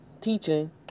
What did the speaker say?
teaching